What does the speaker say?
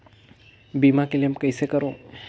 बीमा क्लेम कइसे करों?